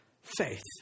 faith